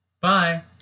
bye